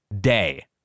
day